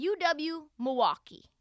UW-Milwaukee